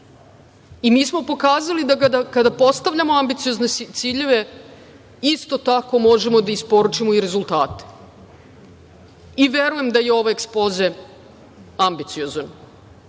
i mi smo pokazali da kada postavljamo ambiciozne ciljeve, isto tako možemo da isporučimo i rezultate i verujem da je ovaj ekspoze ambiciozan. Dugo